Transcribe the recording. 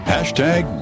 Hashtag